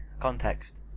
context